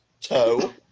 toe